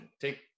take